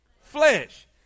Flesh